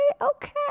Okay